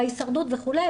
בהישרדות וכולי,